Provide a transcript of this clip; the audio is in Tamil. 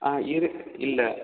ஆ இருக் இல்லை